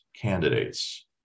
candidates